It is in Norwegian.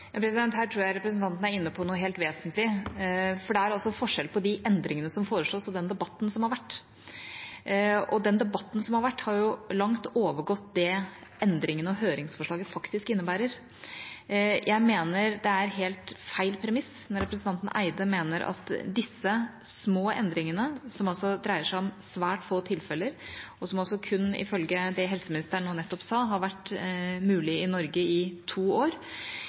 Her tror jeg representanten er inne på noe helt vesentlig. Det er forskjell på de endringene som foreslås, og den debatten som har vært. Den debatten som har vært, har langt overgått det endringene og høringsforslaget faktisk innebærer. Jeg mener det er helt feil premiss når representanten Eide mener at disse små endringene, som dreier seg om svært få tilfeller, og som ifølge det helseministeren nettopp sa, har vært mulig i Norge i kun to år,